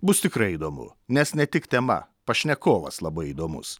bus tikrai įdomu nes ne tik tema pašnekovas labai įdomus